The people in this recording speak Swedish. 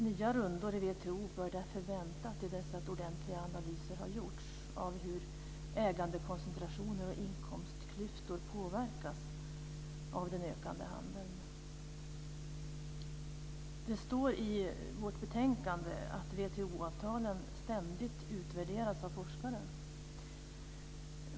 Nya rundor i WTO bör därför vänta till dess att ordentliga analyser har gjorts av hur ägandekoncentrationer och inkomstklyftor påverkas av den ökande handeln. Det står i vårt betänkande att WTO-avtalen ständigt utvärderas av forskare.